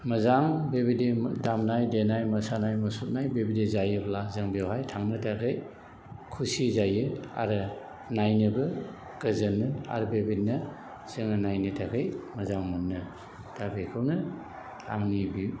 मोजां बेबायदि दामनाय देनाय मोसानाय मुसुरनाय बेबायदि जायोब्ला जों बेवहाय थांनो थाखाय खुसि जायो आरो नायनोबो गोजोनो आरो बेबायदिनो जोङो नायनो थाखाय मोजां मोनो दा बेखौनो आंनि बे